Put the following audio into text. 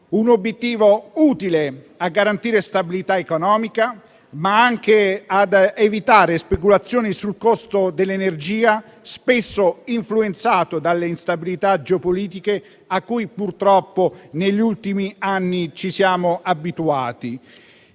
un obiettivo utile a garantire stabilità economica, ma anche ad evitare speculazioni sul costo dell'energia, spesso influenzato dalle instabilità geopolitiche a cui, purtroppo, negli ultimi anni ci siamo abituati.